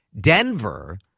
Denver